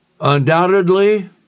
undoubtedly